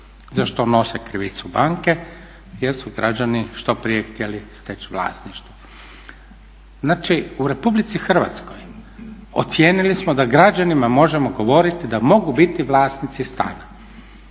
za što nose krivicu banke jer su građani što prije htjeli steći vlasništvo. Znači u Republici Hrvatskoj ocijenili smo da građanima možemo govoriti da mogu biti vlasnici stana